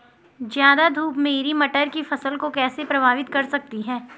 ज़्यादा धूप मेरी मटर की फसल को कैसे प्रभावित कर सकती है?